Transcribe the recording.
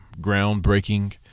groundbreaking